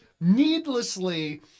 needlessly